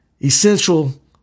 essential